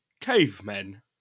cavemen